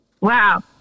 Wow